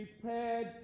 prepared